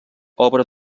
obra